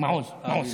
מעוז, אבי מעוז.